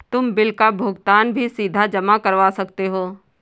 तुम बिल का भुगतान भी सीधा जमा करवा सकते हो